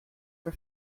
for